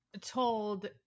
told